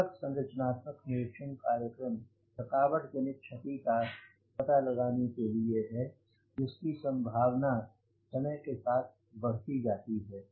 पूरक संरचनात्मक निरीक्षण कार्यक्रम थकावट जनितक्षति का पता लगाने के लिए है जिसकी संभावना समय के साथ बढ़ती जाती है